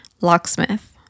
locksmith